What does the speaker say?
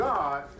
God